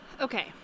Okay